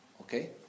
Okay